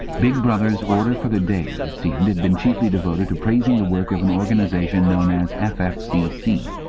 big brother's order for the day, it seemed, had been chiefly devoted to praising the work of an organization known as ffcc,